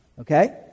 okay